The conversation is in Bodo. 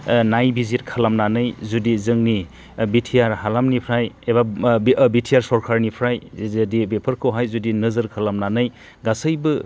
नायबिजिर खालामनानै जुदि जोंनि बिटिआर हालामनिफ्राय एबा बिटिआर सरखारनिफ्राय जुदि बेफोरखौहाय जुदि नोजोर खालामनानै गासैबो